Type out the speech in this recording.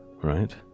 right